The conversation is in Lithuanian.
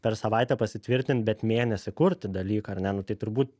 per savaitę pasitvirtint bet mėnesį kurti dalyką ar ne nu tai turbūt